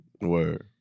Word